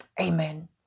Amen